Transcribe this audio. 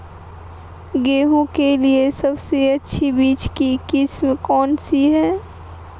गेहूँ के लिए सबसे अच्छी बीज की किस्म कौनसी है?